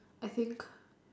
I think